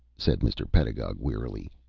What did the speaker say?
said mr. pedagog, wearily.